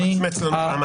תמצמץ לנו ---,